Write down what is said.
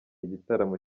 igitaramo